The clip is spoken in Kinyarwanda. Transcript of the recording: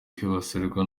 kwibasirwa